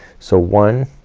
so one